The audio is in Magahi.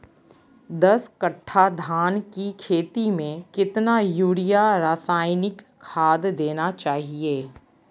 दस कट्टा धान की खेती में कितना यूरिया रासायनिक खाद देना चाहिए?